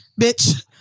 bitch